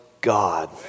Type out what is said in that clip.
God